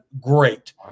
great